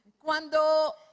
Cuando